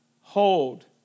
hold